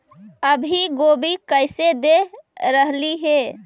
अभी गोभी कैसे दे रहलई हे?